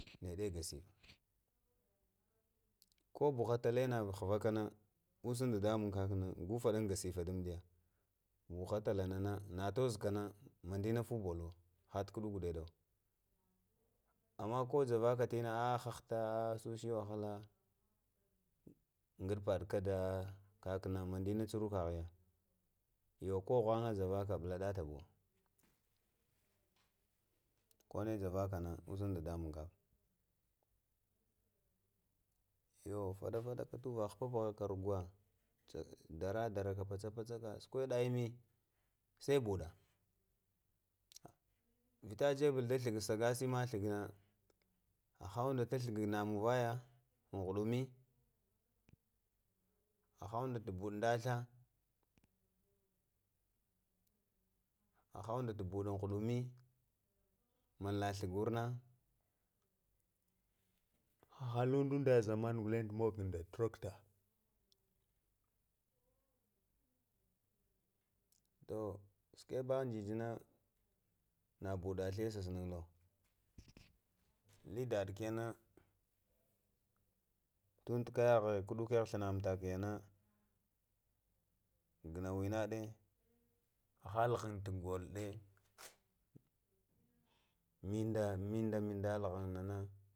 Ɗe gasifa ko buhə tələ nə ghvəkənə usəŋ dədəman kəkənə go fadatə gəsukə damdəyi, buhətalanənə nə tozukə nə məndinə funbolu hətukuɗuko kee dəngnowo əmmə ko jəvəkə tina həhəta hayə ndufədə kədə kəkənə məndinə tsurakəhəyə yo ko ghnaŋə jəvəkə bulatəto bo kone jəvalad usiŋ də dədəmam kəkə, yo fədufəd aka tuvəha pəpahakə tu roghwa dəra dərəkə pacupəcəkə, suƙuɗə immə səi ɓuɗə vitə jebul də ghənŋna səsə imə ghəlngo nə haha undə ta ghugulnŋ nə manvayə, umghudumi, həhə undə tubuɗun ndə thlə həhəundə ta buɗun ghuɗumi mən ləə thlgho wornə, wəhə lundandə zəmalni ghu linge koɓo də trocktə toh sakudə jijinə nə ɓuɗa sla sa sunwo li daɗe ke nə tuntu həyəghe əhh kadukeghe thilana untake yə nə ghənəwinaɗe haha ghelnŋ to de. jullaɗa, minda- minda ŋhudŋnana